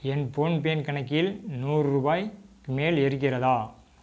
என் ஃபோன்பேன் கணக்கில் நூறு ரூபாய்க்கு மேல் இருக்கிறதா